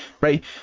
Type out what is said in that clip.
right